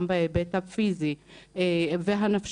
גם בהיבט הפיזי והנפשי,